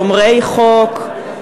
שומרי חוק,